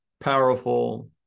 powerful